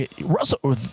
Russell